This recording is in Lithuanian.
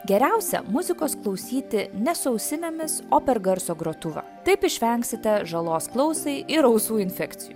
geriausia muzikos klausyti ne su ausinėmis o per garso grotuvą taip išvengsite žalos klausai ir ausų infekcijų